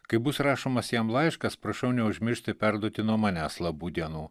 kai bus rašomas jam laiškas prašau neužmiršti perduoti nuo manęs labų dienų